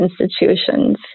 institutions